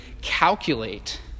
calculate